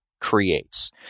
creates